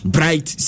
Bright